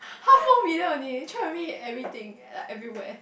half more million only try to meet you everything like everywhere